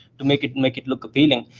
to make it and make it look appealing.